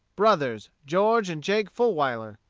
brothers, george and jake fulwiler.